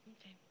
Okay